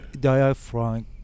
diaphragm